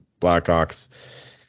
Blackhawks